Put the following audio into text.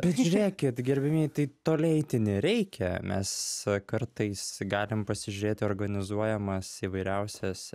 bet žiūrėkit gerbiamieji tai toli eiti nereikia mes kartais galim pasižiūrėti organizuojamas įvairiausias